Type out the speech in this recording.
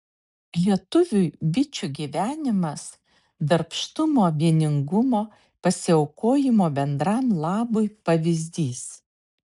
lietuviui bičių gyvenimas darbštumo vieningumo pasiaukojimo bendram labui pavyzdys